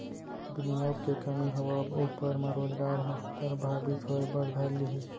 बिनियोग के कमी होवब ऊपर म रोजगार ह परभाबित होय बर धर लिही